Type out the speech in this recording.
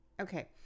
Okay